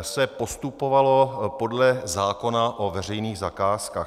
se postupovalo podle zákona o veřejných zakázkách.